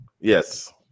Yes